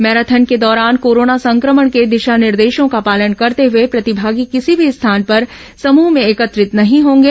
marathon के दौरान corona संक्रमण के दिशा निर्देशों का पालन करते हुए प्रतिभागी किसी भी स्थान पर समृह में एकत्रित नहीं होंगे